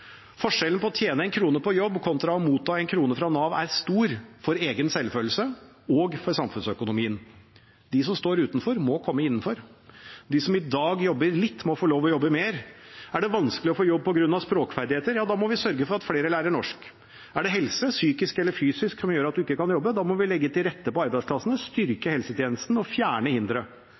Forskjellen på å tjene en krone på jobb kontra å motta en krone fra Nav er stor for egen selvfølelse og for samfunnsøkonomien. De som står utenfor, må komme innenfor. De som i dag jobber litt, må få lov til å jobbe mer. Er det vanskelig å få jobb på grunn av språkferdigheter, ja da må vi sørge for at flere lærer norsk. Er det helse, psykisk eller fysisk, som gjør at man ikke kan jobbe, må vi legge til rette på arbeidsplassene, styrke helsetjenesten og fjerne hindre.